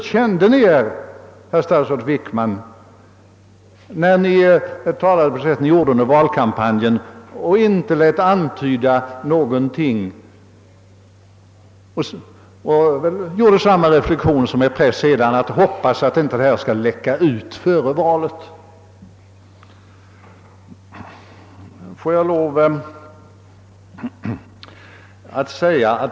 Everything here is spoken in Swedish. Hur kände Ni Er, herr statsrådet Wickman, när Ni talade på det sätt Ni gjorde under valkampanjen samtidigt som Ni förmodligen gjorde en liknande reflexion som senare er press: Hoppas att detta inte läcker ut före valet!